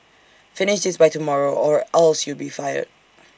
finish this by tomorrow or else you'll be fired